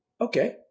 Okay